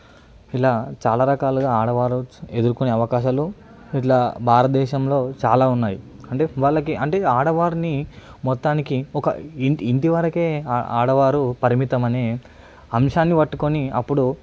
ఇలా చాలా రకాలుగా ఆడవారు ఎదుర్కొనే అవకాశాలు ఇట్లా భారతదేశంలో చాలా ఉన్నాయి అంటే వాళ్ళకి అంటే ఆడవారిని మొత్తానికి ఒక ఇంటి ఇంటి వరకే ఆడవారు పరిమితం అనే అంశాన్ని పట్టుకొని అప్పుడు